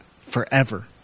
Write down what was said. forever